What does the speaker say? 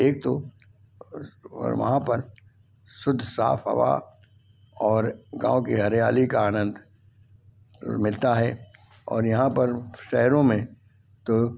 एक तो वहाँ पर शुद्ध साफ हवा और गाँव के हरियाली का आनंद मिलता है और यहाँ पर शहरों में तो